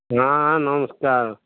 ହଁ ହଁ ନମସ୍କାର